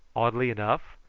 oddly enough,